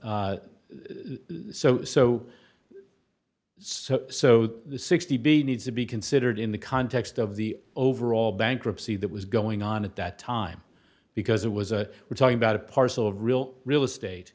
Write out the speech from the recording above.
so so so so sixty b needs to be considered in the context of the overall bankruptcy that was going on at that time because it was a we're talking about a parcel of real real estate